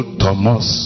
thomas